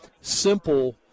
simple